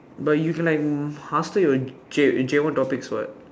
but you can like after your J J-one topics what